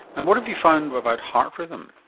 and what have you found about heart rhythm?